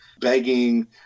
begging